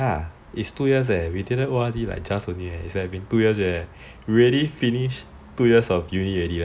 ya it's two years leh we didn't O_R_D like just only leh it's been two years leh already finish two years of uni already leh